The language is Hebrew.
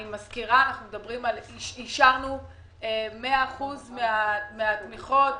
ואני מזכירה שאישרנו 100 אחוזים מהתמיכות